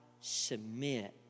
submit